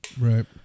Right